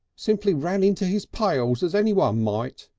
simply ran into his pails as anyone might,